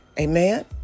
Amen